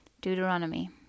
Deuteronomy